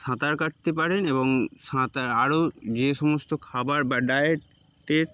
সাঁতার কাটতে পারেন এবং সাঁতার আরও যে সমস্ত খাবার বা ডায়েটের